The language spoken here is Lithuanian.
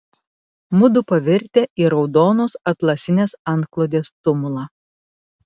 mudu pavirtę į raudonos atlasinės antklodės tumulą